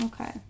Okay